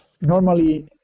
normally